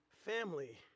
family